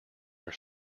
your